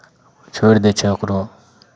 छोड़ि दै छै ओकरो